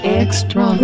extra